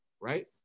right